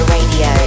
Radio